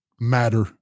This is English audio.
matter